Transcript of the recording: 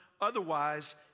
otherwise